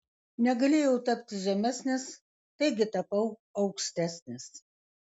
negalėjau tapti žemesnis taigi tapau aukštesnis